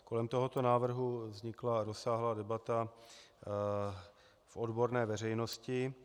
Kolem tohoto návrhu vznikla rozsáhlá debata v odborné veřejnosti.